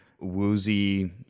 woozy